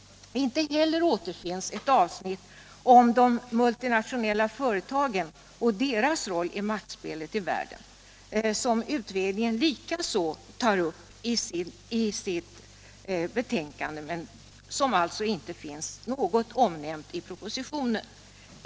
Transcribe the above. Inte heller återfinns ett avsnitt om de multinationella företagen och deras roll i maktspelet i världen, som utredningen likaså tar upp men som alltså inte finns omnämnt i propositionen.